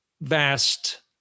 vast